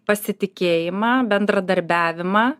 pasitikėjimą bendradarbiavimą